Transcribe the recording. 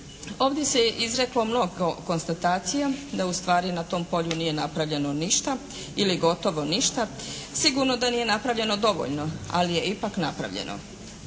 Ovdje se izreklo mnogo konstatacija da ustvari na tom polju nije napravljeno ništa ili gotovo ništa. Sigurno da nije napravljeno dovoljno, ali je ipak napravljeno.